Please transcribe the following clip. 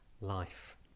life